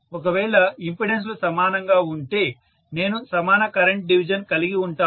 ఒకవేళ ఇంపెడెన్సులు సమానంగా ఉంటే నేను సమాన కరెంట్ డివిజన్ కలిగి ఉంటాను